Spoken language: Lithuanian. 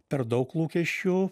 per daug lūkesčių